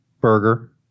burger